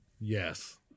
Yes